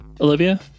Olivia